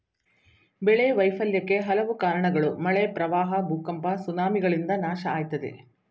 ಬೆಳೆ ವೈಫಲ್ಯಕ್ಕೆ ಹಲವು ಕಾರ್ಣಗಳು ಮಳೆ ಪ್ರವಾಹ ಭೂಕಂಪ ಸುನಾಮಿಗಳಿಂದ ನಾಶ ಆಯ್ತದೆ